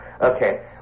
Okay